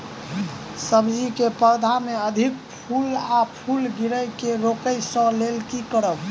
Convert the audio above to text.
सब्जी कऽ पौधा मे अधिक फूल आ फूल गिरय केँ रोकय कऽ लेल की करब?